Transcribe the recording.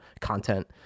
content